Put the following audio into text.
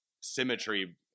symmetry